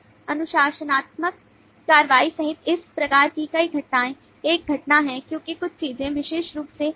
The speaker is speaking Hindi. अनुशासनात्मक कार्रवाई सहित इस प्रकार की कई घटनाएं एक घटना है क्योंकि कुछ चीजें विशेष रूप से की जाती हैं